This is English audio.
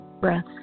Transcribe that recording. breath